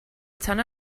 tan